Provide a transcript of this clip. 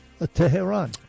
Tehran